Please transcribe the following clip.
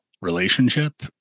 relationship